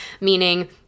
meaning